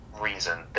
reason